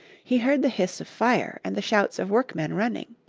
he heard the hiss of fire and the shouts of workmen running.